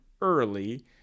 early